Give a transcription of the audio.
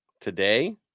Today